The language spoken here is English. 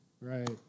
right